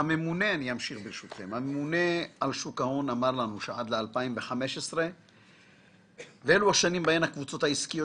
הממונה על שוק ההון אמר לנו שעד ל-2015 (ואלו השנים בהן הקבוצות העסקיות